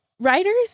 Writers